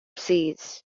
seas